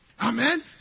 Amen